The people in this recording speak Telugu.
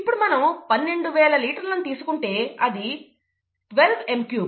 ఇప్పుడు మనం 12 వేల లీటర్లు తీసుకుంటే అది 12m³